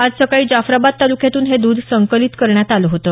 आज सकाळी जाफराबाद तालुक्यातून हे दुध संकलित करण्यात आलं होतं